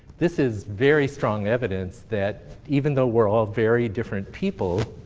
this is very strong evidence that, even though we're all very different people,